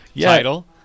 Title